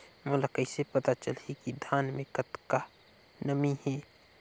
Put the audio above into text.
मोला कइसे पता चलही की धान मे कतका नमी हे?